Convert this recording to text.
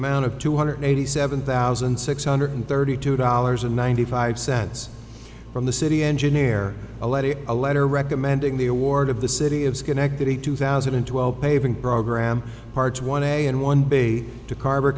amount of two hundred eighty seven thousand six hundred thirty two dollars and ninety five cents from the city engineer a letter a letter recommending the award of the city of schenectady two thousand and twelve paving program parts one day in one day to carve